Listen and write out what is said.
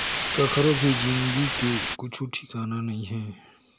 कखरो भी जिनगी के कुछु ठिकाना नइ हे